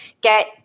get